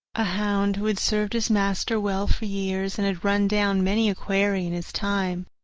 a hound who had served his master well for years, and had run down many a quarry in his time,